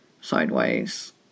sideways